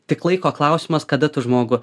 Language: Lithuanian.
tik laiko klausimas kada tu žmogų